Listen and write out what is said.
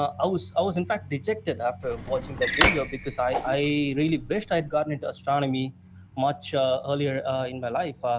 i was i was in fact dejected after watching that video because i i really wished i'd gotten into astronomy much earlier in my life. ah